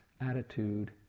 attitude